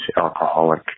alcoholic